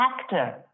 actor